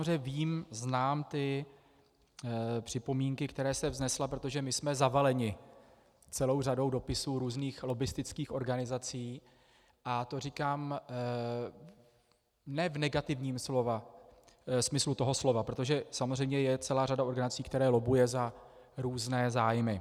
Samozřejmě vím, znám ty připomínky, které jste vznesla, protože my jsme zavaleni celou řadou dopisů různých lobbistických organizací, a to říkám ne v negativním smyslu toho slova, protože samozřejmě je celá řada organizací, která lobbuje za různé zájmy.